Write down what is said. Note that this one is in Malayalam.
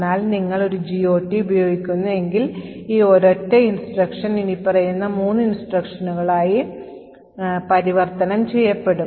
എന്നാൽ നിങ്ങൾ ഒരു GOT ഉപയോഗിക്കുന്നു എങ്കിൽ ഈ ഒരൊറ്റ നിർദ്ദേശം ഇനിപ്പറയുന്ന മൂന്ന് നിർദ്ദേശങ്ങളായി പരിവർത്തനം ചെയ്യപ്പെടും